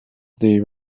they